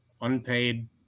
unpaid